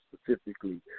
specifically